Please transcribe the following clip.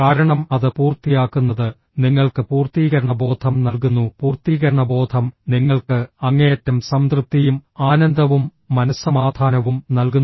കാരണം അത് പൂർത്തിയാക്കുന്നത് നിങ്ങൾക്ക് പൂർത്തീകരണബോധം നൽകുന്നു പൂർത്തീകരണബോധം നിങ്ങൾക്ക് അങ്ങേയറ്റം സംതൃപ്തിയും ആനന്ദവും മനസ്സമാധാനവും നൽകുന്നു